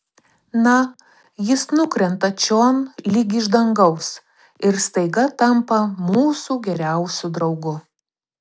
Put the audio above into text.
na jis nukrenta čion lyg iš dangaus ir staiga tampa mūsų geriausiu draugu